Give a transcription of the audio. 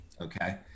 Okay